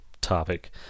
topic